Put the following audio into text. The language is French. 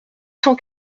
cent